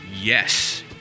Yes